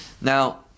now